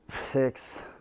Six